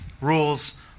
rules